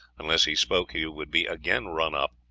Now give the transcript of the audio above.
unless he spoke, he would be again run up,